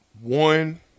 one